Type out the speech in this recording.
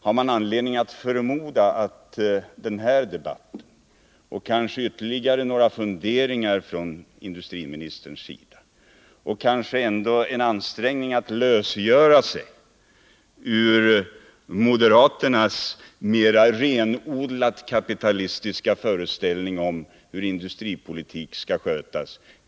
Har man anledning förmoda att den här debatten kanske utlöser ytterligare några funderingar från industriministern och måhända en ansträngning hos honom att lösgöra sig ur moderaternas mera renodlat kapitalistiska föreställning om hur industripolitik skall skötas?